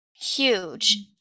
huge